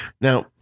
Now